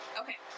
Okay